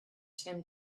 tim